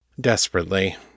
Desperately